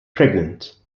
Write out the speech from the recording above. pregnant